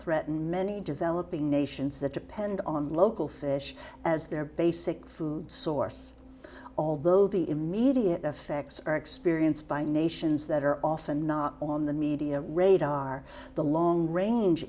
threaten many developing nations that depend on local fish as their basic food source although the immediate effects are experienced by nations that are often not on the media radar the long range